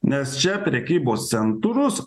nes čia prekybos centrus